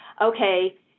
okay